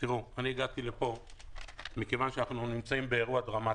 הגעתי לפה מכיוון שאנחנו נמצאים באירוע דרמטי,